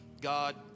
God